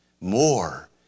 more